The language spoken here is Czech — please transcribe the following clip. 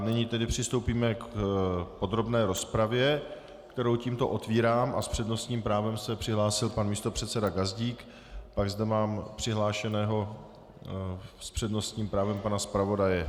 Nyní tedy přistoupíme k podrobné rozpravě, kterou tímto otevírám, a s přednostním právem se přihlásil pan místopředseda Gazdík, pak zde mám přihlášeného s přednostním právem pana zpravodaje.